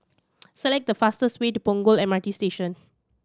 select the fastest way to Punggol M R T Station